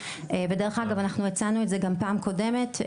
ודרך אגב אנחנו הצענו את זה פעם קודמת,